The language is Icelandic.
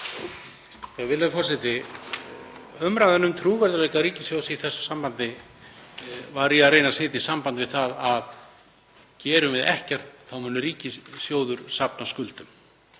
Virðulegi forseti. Umræðuna um trúverðugleika ríkissjóðs í þessu sambandi var ég að reyna að setja í samband við það að gerum við ekkert mun ríkissjóður safna skuldum.